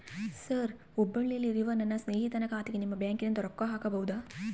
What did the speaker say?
Sir ಹುಬ್ಬಳ್ಳಿಯಲ್ಲಿ ಇರುವ ನನ್ನ ಸ್ನೇಹಿತನ ಖಾತೆಗೆ ನಿಮ್ಮ ಬ್ಯಾಂಕಿನಿಂದ ರೊಕ್ಕ ಹಾಕಬಹುದಾ?